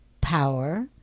power